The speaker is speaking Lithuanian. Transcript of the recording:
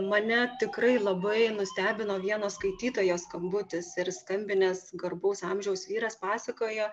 mane tikrai labai nustebino vieno skaitytojo skambutis ir skambinęs garbaus amžiaus vyras pasakojo